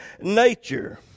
nature